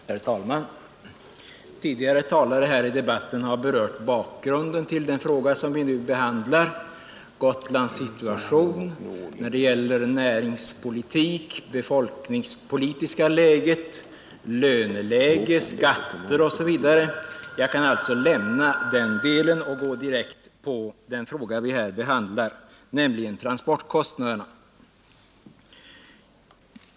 Herr talman! Tidigare talare här i debatten har berört bakgrunden till den fråga vi nu behandlar, Gotlands situation när det gäller näringspolitik, det befolkningspolitiska läget, löneläget, skatter osv. Jag kan alltså lämna den delen och gå direkt på den fråga vi här behandlar, nämligen transportkostnaderna.